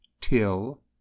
till